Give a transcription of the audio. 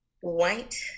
White